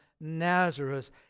Nazareth